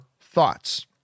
thoughts